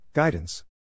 Guidance